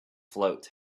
float